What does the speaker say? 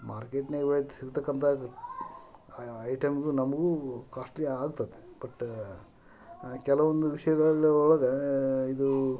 ಮಾರ್ಕೆಟಿನ್ಯಾಗ ಬೆಳೆದ್ ಸಿಕ್ತಕ್ಕಂಥ ಐಟಮ್ಮಿಗೂ ನಮಗೂ ಕಾಸ್ಟ್ಲಿ ಆಗ್ತದೆ ಬಟ್ ಕೆಲವೊಂದು ವಿಷಯಗಳಲ್ಲಿ ಒಳಗೆ ಇದು